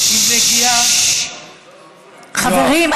חברים,